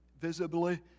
visibly